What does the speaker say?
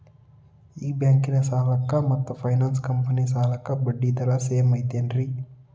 ಈ ಬ್ಯಾಂಕಿನ ಸಾಲಕ್ಕ ಮತ್ತ ಫೈನಾನ್ಸ್ ಕಂಪನಿ ಸಾಲಕ್ಕ ಬಡ್ಡಿ ದರ ಸೇಮ್ ಐತೇನ್ರೇ?